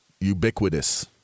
ubiquitous